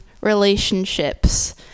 relationships